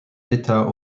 d’état